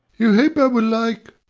you hope i will like